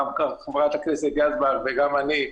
וגם חברת הכנסת יזבק וגם אני,